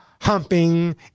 Humping